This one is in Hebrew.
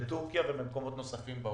בתורכיה ובמקומות נוספים בעולם.